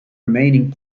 remaining